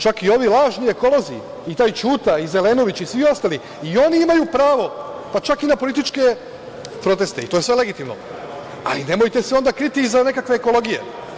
Čak, i ovi lažni ekolozi i taj Ćuta i Zelenović i svi ostali i oni imaju pravo, pa čak i na političke proteste i to je sve legitimno, ali nemojte se onda kriti iza nekakve ekologije.